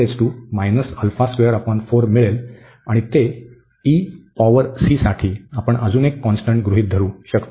तर आपल्याला मिळेल आणि ते e पॉवर c साठी आपण अजून एक कॉन्स्टंट गृहीत धरू शकतो